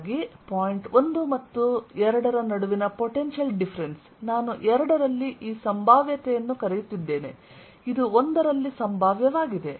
ಆದ್ದರಿಂದ ಪಾಯಿಂಟ್ 1 ಮತ್ತು 2 ನಡುವಿನ ಪೊಟೆನ್ಶಿಯಲ್ ಡಿಫರೆನ್ಸ್ ನಾನು 2 ರಲ್ಲಿ ಈ ಸಂಭಾವ್ಯತೆಯನ್ನು ಕರೆಯುತ್ತಿದ್ದೇನೆ ಇದು 1ರಲ್ಲಿ ಸಂಭಾವ್ಯವಾಗಿದೆ